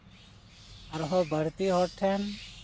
ᱟᱨᱦᱚᱸ ᱵᱟᱹᱲᱛᱤ ᱦᱚᱲ ᱴᱷᱮᱱ